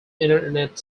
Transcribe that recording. internet